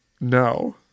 no